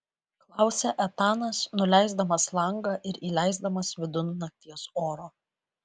klausia etanas nuleisdamas langą ir įleisdamas vidun nakties oro